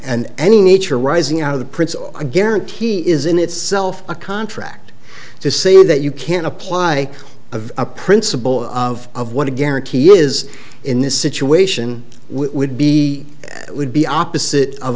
and any nature arising out of the prince or a guarantee is in itself a contract to say that you can apply of a principle of of what to guarantee is in this situation would be would be opposite of